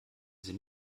sie